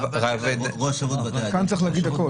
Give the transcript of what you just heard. יש עוד נתון שאתם רוצים להציג?